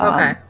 Okay